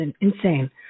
insane